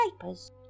papers